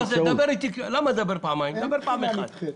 למה לדבר פעמיים, תדבר פעם אחת.